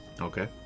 Okay